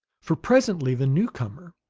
for presently the newcomer,